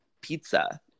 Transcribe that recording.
pizza